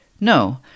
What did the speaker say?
No